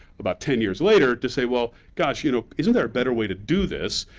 about ten years later, to say, well, gosh, you know, isn't there a better way to do this?